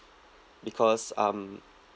because um